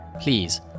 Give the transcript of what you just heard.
please